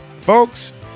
Folks